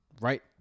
Right